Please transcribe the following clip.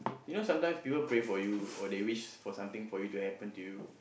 you know sometimes people pray for you or they wish for something for you to happen for you